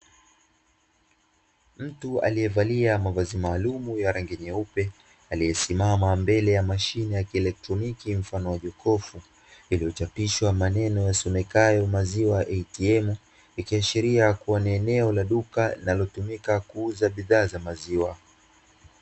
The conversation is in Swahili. Mtu aliyevalia mavazi maalumu ya rangi nyeupe, aliyesimama mbele ya mashine ya kielekroniki mfano wa jokofu, iliyochapishwa maneno yasomekayo "maziwa atm" ikiashiria ni eneo la duka linalotumika kuuza bidhaa za maziwa.